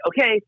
okay